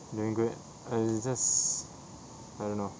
doing good err just I don't know